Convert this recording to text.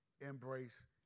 embrace